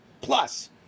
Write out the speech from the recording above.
plus